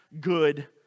good